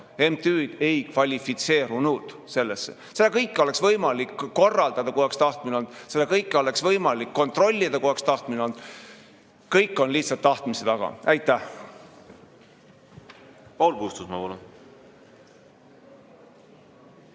MTÜ-d ei kvalifitseerunud. Seda kõike oleks võimalik korraldada, kui oleks tahtmine olnud. Seda kõike oleks võimalik kontrollida, kui oleks tahtmine olnud. Kõik on lihtsalt tahtmise taga. Aitäh! Paul Puustusmaa,